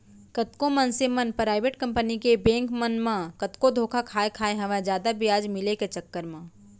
कतको मनसे मन पराइबेट कंपनी के बेंक मन म कतको धोखा खाय खाय हवय जादा बियाज मिले के चक्कर म